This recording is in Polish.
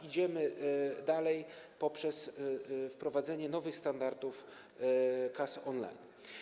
Idziemy dalej poprzez wprowadzenie nowych standardów kas on-line.